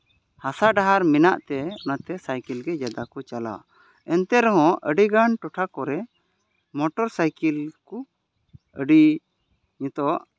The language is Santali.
ᱦᱟᱥᱟ ᱰᱟᱦᱟᱨ ᱢᱮᱱᱟᱜ ᱛᱮ ᱚᱱᱟᱛᱮ ᱥᱟᱭᱠᱮᱞ ᱜᱮ ᱡᱟᱫᱟ ᱠᱚ ᱪᱟᱞᱟᱣᱟ ᱮᱱᱛᱮ ᱨᱮᱦᱚᱸ ᱟᱹᱰᱤ ᱜᱟᱱ ᱴᱚᱴᱷᱟ ᱠᱚᱨᱮ ᱢᱳᱴᱚᱨ ᱥᱟᱭᱠᱮᱞ ᱠᱚ ᱟᱹᱰᱤ ᱱᱤᱛᱚᱜ